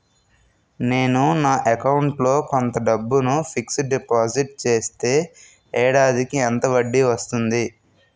నేను నా అకౌంట్ లో కొంత డబ్బును ఫిక్సడ్ డెపోసిట్ చేస్తే ఏడాదికి ఎంత వడ్డీ వస్తుంది?